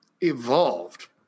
evolved